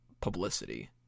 publicity